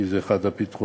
כי זה אחד הפתרונות,